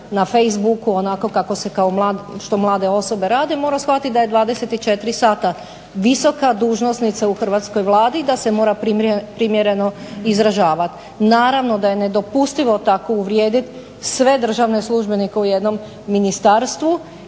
na facebooku onako kako se, što mlade osobe rade, mora shvatiti da je 24 sata visoka dužnosnica u Hrvatskoj vladi i da se mora primjereno izražavati. Naravno da je nedopustivo tako uvrijediti sve državne službenike u jednom ministarstvu